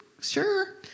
sure